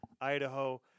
Idaho